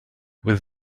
with